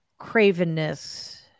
cravenness